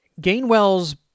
Gainwell's